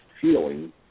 feeling